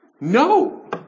No